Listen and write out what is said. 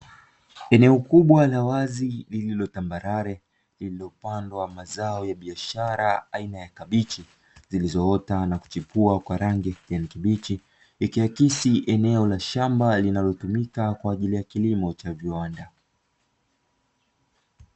Eneo kubwa na wazi lililo tambarare lililopandwa mazao ya biashara aina ya kabichi zilizoota na kuchipua kwa rangi ya kijani kibichi, ikiakisi eneo la shamba linalotumika kwa ajili ya kilimo cha viwanda.